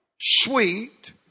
sweet